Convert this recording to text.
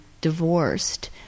divorced